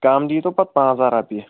کَم دیٖتَو پَتہٕ پنٛژاہ رۅپیہِ